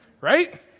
Right